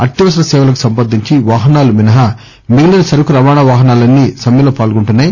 అత్యవసర సేవలకు సంబంధించి వాహనాలు మినహా మిగిలిన సరకు రవాణా వాహనలన్నీ సమ్మెలో పాల్గొంటున్నాయి